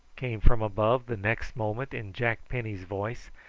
came from above the next moment in jack penny's voice,